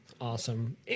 awesome